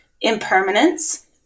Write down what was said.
impermanence